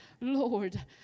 Lord